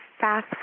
fast